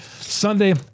Sunday